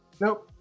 Nope